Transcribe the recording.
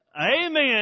amen